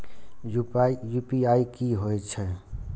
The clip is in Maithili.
यू.पी.आई की होई छै?